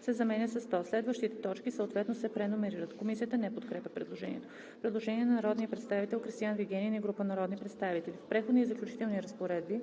се заменя със „100“.“ Следващите точки съответно се преномерират.“ Комисията не подкрепя предложението. Предложение на народния представител Кристиан Вигенин и група народни представители: В Преходни и заключителни разпоредби,